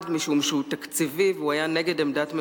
מיוחד, משום שהוא תקציבי והיה נגד עמדת ממשלה: